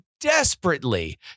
desperately